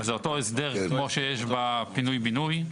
וזה אותו הסדר כמו שיש בפינוי בינוי.